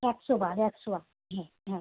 একশোবার একশোবার হ্যাঁ হ্যাঁ